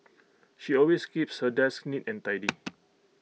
she always keeps her desk neat and tidy